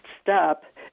step